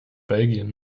belgien